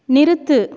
நிறுத்து